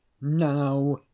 Now